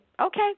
okay